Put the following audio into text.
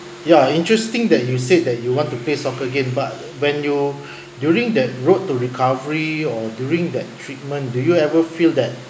ya interesting that you said that you want to play soccer game but when you during that road to recovery or during that treatment do you ever feel that